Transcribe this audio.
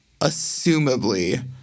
assumably